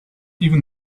even